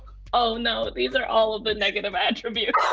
oh no, these are all of the negative attributes.